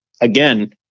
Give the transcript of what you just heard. Again